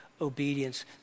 obedience